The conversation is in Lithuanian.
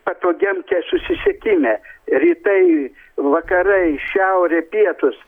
patogiam čia susisiekime rytai vakarai šiaurė pietūs